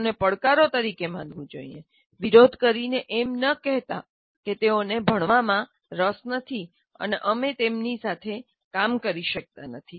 તેઓને પડકારો તરીકે માનવું જોઇએ વિરોધ કરીને એમ ન કહેતા કે તેઓને ભણવામાં રસ નથી અને અમે તેમની સાથે કામ કરી શકતા નથી